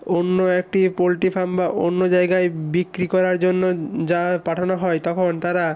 অন্য একটি poultry farm বা অন্য জায়গায় বিক্রি করার জন্য যা পাঠানো হয় তখন তারা